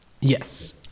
Yes